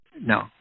No